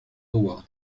award